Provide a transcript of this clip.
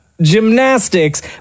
gymnastics